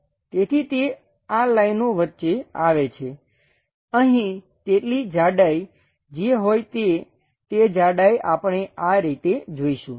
તેથી તે આ લાઈનો વચ્ચે આવે છે અહીં તેટલી જાડાઈ જે હોય તે તે જાડાઈ આપણે આ રીતે જોઈશું